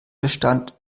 bestand